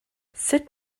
sut